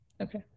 Okay